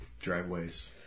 Driveways